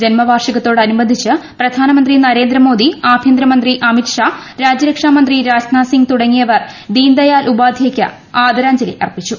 ജന്മവ്വാർഷികത്തോട് അനുബന്ധിച്ച് പ്രധാനമന്ത്രി നരേന്ദ്രമോട്ടി ആഭ്യന്തരമന്ത്രി അമിത് ഷാ രാജ്യരക്ഷാ മന്ത്രി രാജ്ന്റ്റ്ഥ് സിംഗ് തുടങ്ങിയവർ ദീൻ ദയാൽ ഉപാധ്യയ്ക്ക് ആദ്യരാഞ്ജ്ലി അർപ്പിച്ചു